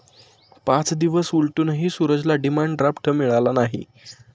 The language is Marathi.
पाच दिवस उलटूनही सूरजला डिमांड ड्राफ्ट मिळाला नाही